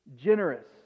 generous